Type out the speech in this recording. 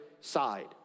side